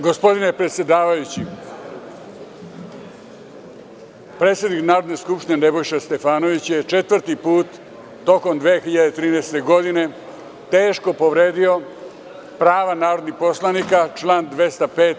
Gospodine predsedavajući, predsednik Narodne skupštine Nebojša Stefanović je četvrti put tokom 2013. godine teško povredio prava narodnih poslanika član 205.